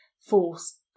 force